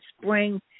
spring